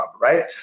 right